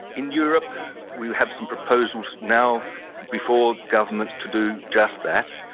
in europe we have some proposals now before governments to do just that.